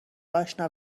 اشنا